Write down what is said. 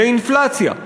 אינפלציה.